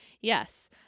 Yes